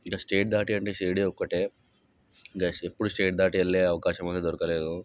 ఇక స్టేట్ దాటి అంటే శిరిడీ ఒకటే ఇంక ఎప్పుడు స్టేట్ దాటి వెళ్ళే అవకాశంఅది దొరకలేదు